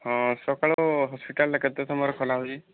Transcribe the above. ହଁ ସକାଳୁ ହସ୍ପିଟାଲଟା କେତେ ସମୟରେ ଖୋଲାହେଉଛି